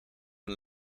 een